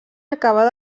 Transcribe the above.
acabar